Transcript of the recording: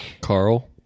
Carl